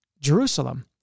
Jerusalem